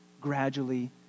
gradually